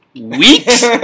weeks